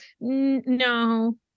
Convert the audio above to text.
no